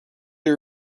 you